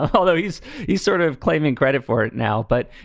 although he's he's sort of claiming credit for it now. but,